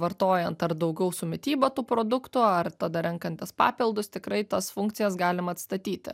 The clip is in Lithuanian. vartojant ar daugiau su mityba tų produktų ar tada renkantis papildus tikrai tas funkcijas galima atstatyti